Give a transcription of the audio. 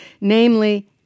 namely